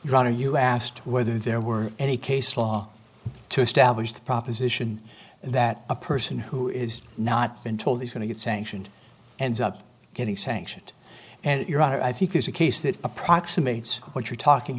and you asked whether there were any case law to establish the proposition that a person who is not been told is going to get sanctioned ends up getting sanctioned and your honor i think there's a case that approximates what you're talking